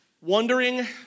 Wondering